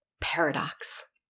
paradox